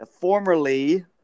formerly